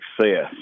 success